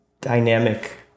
dynamic